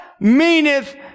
meaneth